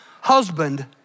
husband